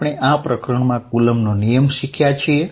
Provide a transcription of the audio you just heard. આપણે આ પ્રકરણમાં કુલંમ્બનો નિયમ શીખ્યા છીએ